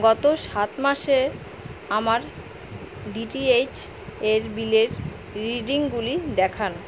গত সাত মাসে আমার ডি টি এইচ এর বিলের রিডিংগুলি দেখান